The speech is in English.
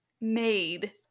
made